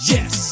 Yes